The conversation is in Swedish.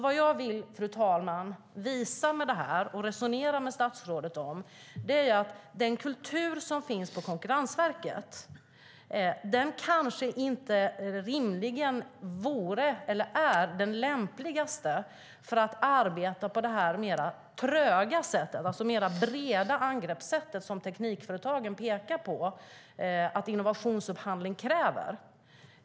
Vad jag, fru talman, vill visa med detta och resonera med statsrådet om är att den kultur som finns på Konkurrensverket kanske inte är den lämpligaste för att arbeta på det här mer tröga sättet, med det mer breda angreppssätt som Teknikföretagen pekar på att innovationsupphandling kräver.